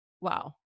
Wow